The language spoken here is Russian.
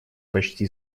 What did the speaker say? почти